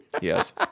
Yes